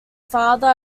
father